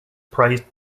praised